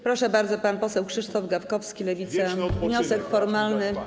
Proszę bardzo, pan poseł Krzysztof Gawkowski, Lewica, wniosek formalny.